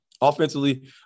Offensively